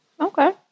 okay